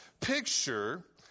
picture